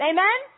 Amen